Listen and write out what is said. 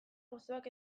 gozoak